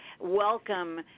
welcome